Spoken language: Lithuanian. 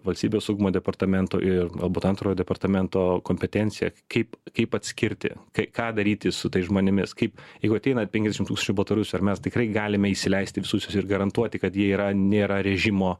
valstybės saugumo departamento ir galbūt antrojo departamento kompetencija kaip kaip atskirti k ką daryti su tais žmonėmis kaip jeigu ateina penkiasdešimt tūkstančių baltarusių ar mes tikrai galime įsileisti visus ir garantuoti kad jie yra nėra režimo